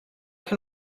can